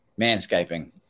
manscaping